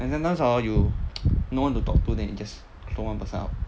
and sometimes hor you no one to talk to then you just one person out